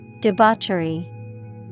Debauchery